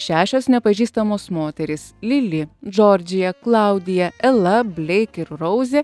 šešios nepažįstamos moterys lili džordžija klaudija ela bleik ir rauzė